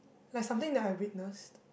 like something that I witnessed